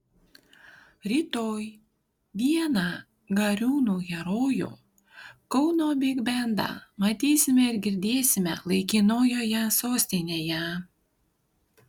rytoj vieną gariūnų herojų kauno bigbendą matysime ir girdėsime laikinojoje sostinėje